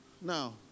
Now